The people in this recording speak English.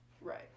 Right